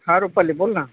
हा रुपाली बोल ना